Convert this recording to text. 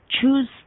choose